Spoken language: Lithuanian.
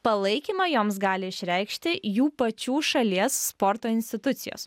palaikymą joms gali išreikšti jų pačių šalies sporto institucijos